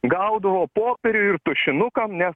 gaudavo popierių ir tušinuką nes